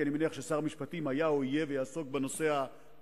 כי אני מניח ששר המשפטים היה או יהיה ויעסוק בנושא האחרון,